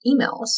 emails